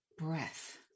breath